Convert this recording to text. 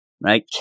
right